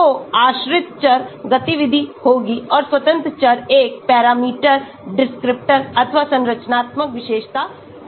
तो आश्रित चर गतिविधि होगी और स्वतंत्र चर एक पैरामीटर डिस्क्रिप्टर अथवा संरचनात्मक विशेषता होगी